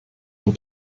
and